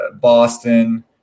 Boston